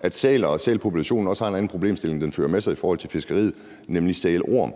at sæler og sælpopulationen også fører en anden problemstilling med sig i forhold til fiskeriet, nemlig sælorm.